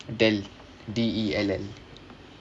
Dell D_E_L_L